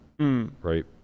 Right